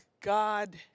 God